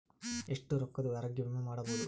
ಎಷ್ಟ ರೊಕ್ಕದ ಆರೋಗ್ಯ ವಿಮಾ ಮಾಡಬಹುದು?